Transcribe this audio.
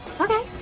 Okay